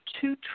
two